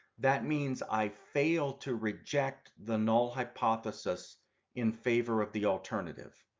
that means i fail to reject the null hypothesis in favor of the alternative.